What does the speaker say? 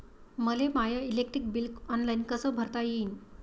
मले my electric bill online कस भरता येईन?